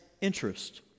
interest